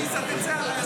עליזה תצא עליי,